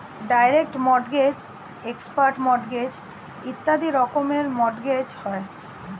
direct mortgage, expert mortgage ইত্যাদি রকমের mortgage হয়